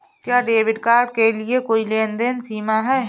क्या debit card के लिए कोई लेनदेन सीमा है?